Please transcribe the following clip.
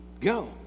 go